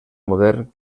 modern